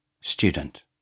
Student